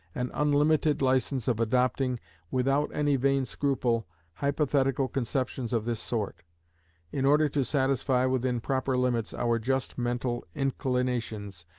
an unlimited license of adopting without any vain scruple hypothetical conceptions of this sort in order to satisfy, within proper limits, our just mental inclinations,